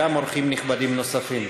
גם אורחים נכבדים נוספים.